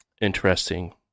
interesting